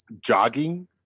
jogging